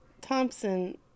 Thompson